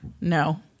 No